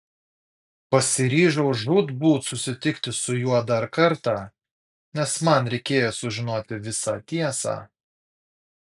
pasiryžau žūtbūt susitikti su juo dar kartą nes man reikėjo sužinoti visą tiesą